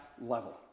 level